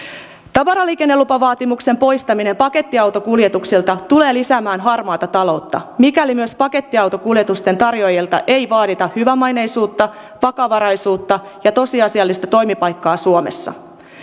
tavaraliikennelupavaatimuksen poistaminen pakettiautokuljetuksilta tulee lisäämään harmaata taloutta mikäli myös pakettiautokuljetusten tarjoajilta ei vaadita hyvämaineisuutta vakavaraisuutta ja tosiasiallista toimipaikkaa suomessa